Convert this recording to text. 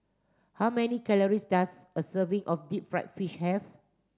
how many calories does a serving of deep fried fish have